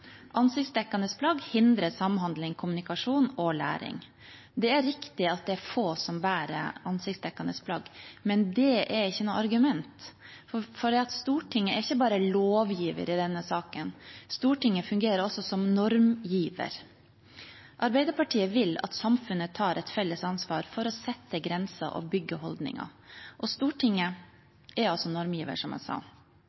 Ansiktsdekkende plagg hindrer samhandling, kommunikasjon og læring. Det er riktig at få bærer ansiktsdekkende plagg, men det er ikke noe argument. For Stortinget er ikke bare lovgiver i denne saken, men Stortinget fungerer også som normgiver. Arbeiderpartiet vil at samfunnet tar et felles ansvar for å sette grenser og bygge holdninger, og Stortinget